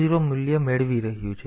તેથી આ p0 મૂલ્ય મેળવી રહ્યું છે